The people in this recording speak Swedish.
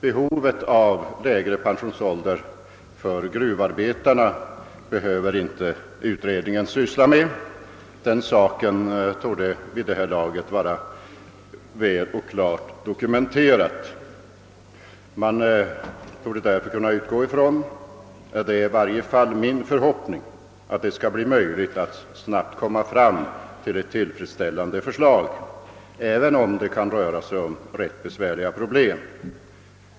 Behovet av att en lägre pensionsålder införs för gruvarbetarna behöver utredningen inte syssla med; den saken torde vid det här laget vara klart dokumenterad. Man torde därför kunna utgå från — detta är i varje fall min förhoppning — att det skall bli möjligt att snabbt komma fram med ett tillfredsställande förslag, även om de problem det här rör sig om är rätt besvärliga.